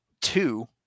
two